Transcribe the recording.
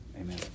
amen